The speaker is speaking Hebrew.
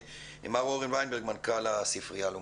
בבקשה, מר אורן וינברג, מנכ"ל הספרייה הלאומית.